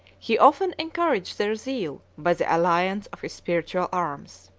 he often encouraged their zeal by the alliance of his spiritual arms.